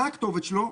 מה הכתובת שלו?